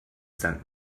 sankt